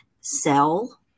sell